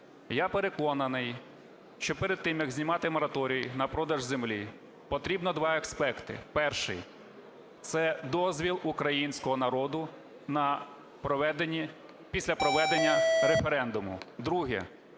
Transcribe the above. Я переконаний, що перед тим, як знімати мораторій на продаж землі, потрібно два аспекти: перший – це дозвіл українського народу на проведення… після проведення референдуму,